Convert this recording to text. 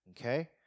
okay